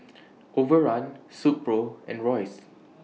Overrun Silkpro and Royces